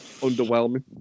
underwhelming